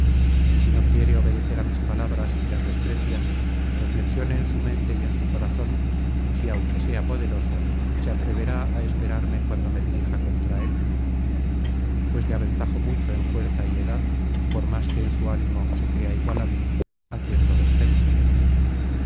y si no quiere obedecer mis palabras y las desprecia reflexione en su mente y en su corazón si aunque sea poderoso se atreverá á esperarme cuando me dirija contra él pues le aventajo mucho en fuerza y edad por más que en su ánimo se crea igual á mí á quien todos temen